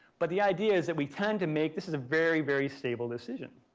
but the idea is that we tend to make, this is a very, very stable decision.